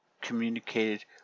communicated